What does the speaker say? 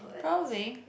probably